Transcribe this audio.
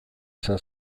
izan